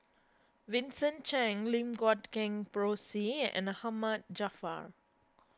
Vincent Cheng Lim Guat Kheng Rosie and Ahmad Jaafar